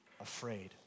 afraid